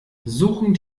suchend